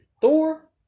Thor